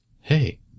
Hey